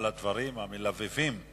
על הדברים המלבבים,